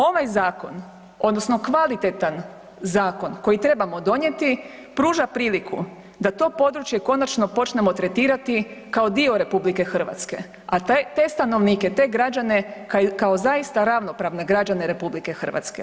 Ovaj zakon odnosno kvalitetan zakon koji trebamo donijeti pruža priliku da to područje konačno počnemo tretirati kao dio RH, a te stanovnike ta građane kao zaista ravnopravne građane RH.